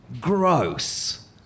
gross